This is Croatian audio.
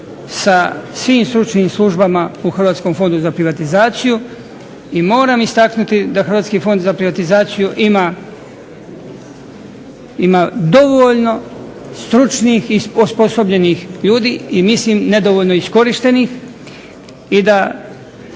sa svim stručnim službama u Hrvatskom fondu za privatizaciju i moram istaknuti da Hrvatski fond za privatizaciju ima dovoljno stručnih i osposobljenih ljudi i mislim nedovoljno iskorištenih i da